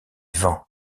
vend